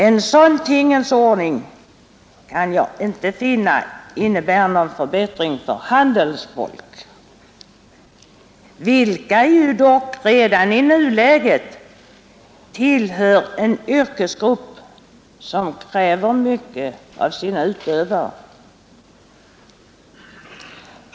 Jag kan inte finna att en sådan tingens ordning innebär någon förbättring för handelns folk, som redan i nuläget har ett yrke som kräver mycket av sina utövare.